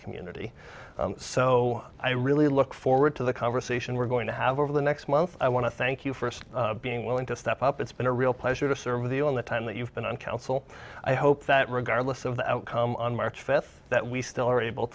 community so i really look forward to the conversation we're going to have over the next month i want to thank you first being willing to step up it's been a real pleasure to serve the on the time that you've been on council i hope that regardless of the outcome on march fifth that we still are able